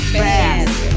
fast